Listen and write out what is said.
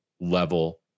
level